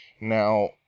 now